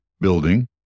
building